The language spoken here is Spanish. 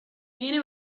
viene